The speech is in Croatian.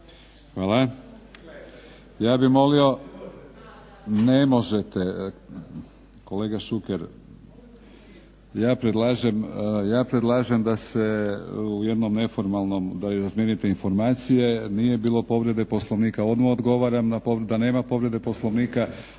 Hvala. Ja bih molio, ne možete kolega Šuker, ja predlažem da se u jednom neformalnom da razmijenite informacije. Nije bilo povrede Poslovnika odmah odgovaram da nema povrede Poslovnika.